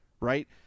right